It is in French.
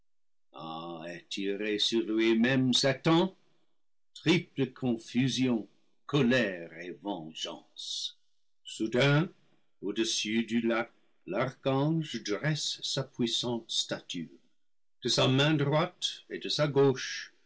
à attirer sur lui-même satan triple confusion colère et vengeance soudain au-dessus du lac l'archangedresse sa puissante stature de sa main droite et de sa gauche